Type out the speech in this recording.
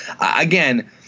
again